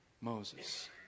Moses